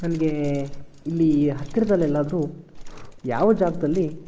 ನನಗೆ ಇಲ್ಲಿ ಹತ್ತಿರದಲ್ಲೆಲ್ಲಾದ್ರೂ ಯಾವ ಜಾಗದಲ್ಲಿ